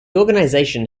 organization